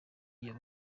iyo